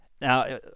Now